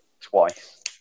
twice